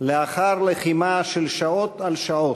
"לאחר לחימה של שעות על שעות,